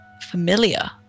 familiar